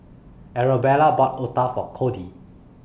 Arabella bought Otah For Cody